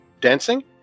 dancing